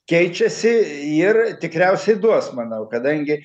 keičiasi ir tikriausiai duos manau kadangi